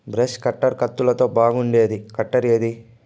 Brush cutter కంతులలో బాగుండేది cutter ఏది?